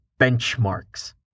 benchmarks